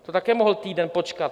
To také mohl týden počkat.